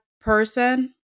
person